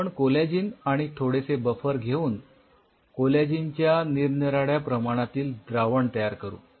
आपण कोलॅजिन आणि थोडेसे बफर घेऊन कोलॅजिन च्या निरनिराळ्या प्रमाणातील द्रावण तयार करू